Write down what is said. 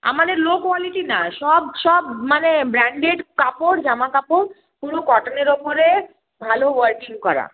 আমাদের low quality না সব সব মানে ব্র্যান্ডেড কাপড় জামা কাপড় পুরো কটনের ওপরে ভালো ওয়ার্কিং করা